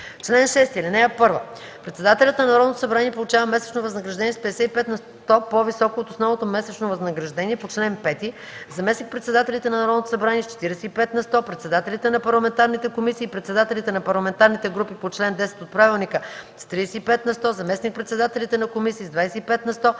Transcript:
Чл. 6. (1) Председателят на Народното събрание получава месечно възнаграждение с 55 на сто по-високо от основното месечно възнаграждение по чл. 5, заместник-председателите на Народното събрание – с 45 на сто, председателите на парламентарните комисии и председателите на парламентарните групи по чл. 10 от правилника – с 35 на сто, заместник-председателите на комисии – с 25 на сто,